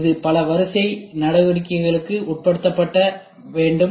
இது பல வரிசை நடவடிக்கைகளுக்கு உட்படுத்தப்பட வேண்டும்